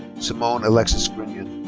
cimone alexis grinion.